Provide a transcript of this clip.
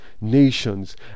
nations